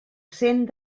cent